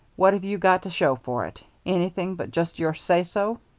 what have you got to show for it? anything but just your say so?